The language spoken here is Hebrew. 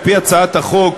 על-פי הצעת החוק,